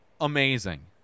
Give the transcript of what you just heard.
Amazing